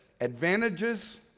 advantages